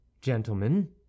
Gentlemen